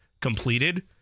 completed